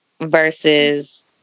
versus